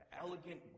elegant